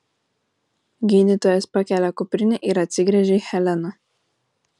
gydytojas pakelia kuprinę ir atsigręžia į heleną